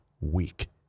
week